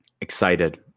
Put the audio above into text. Excited